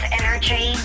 energy